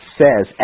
says